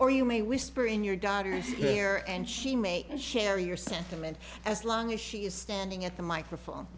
or you may whisper in your daughter's ear and she may share your sentiment as long as she is standing at the microphone